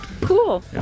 cool